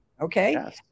okay